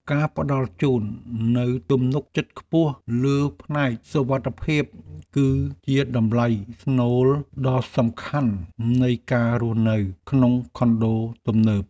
ការផ្តល់ជូននូវទំនុកចិត្តខ្ពស់លើផ្នែកសុវត្ថិភាព គឺជាតម្លៃស្នូលដ៏សំខាន់នៃការរស់នៅក្នុងខុនដូទំនើប។